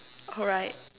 alright